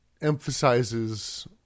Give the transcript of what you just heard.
emphasizes